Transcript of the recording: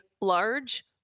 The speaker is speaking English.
large